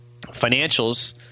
Financials